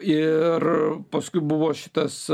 ir paskui buvo šitas